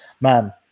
man